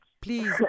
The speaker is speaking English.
Please